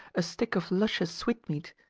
a stick of luscious sweetmeat,